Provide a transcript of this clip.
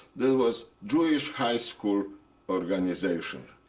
there was jewish high school organization.